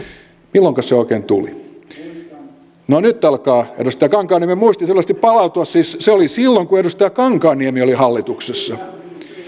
milloinkas se oikein tuli no nyt alkaa edustaja kankaanniemen muisti selvästi palautua siis se oli silloin kun edustaja kankaanniemi oli hallituksessa